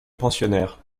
pensionnaires